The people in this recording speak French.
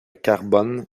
carbon